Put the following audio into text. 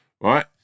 right